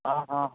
आं हां हां